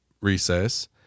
recess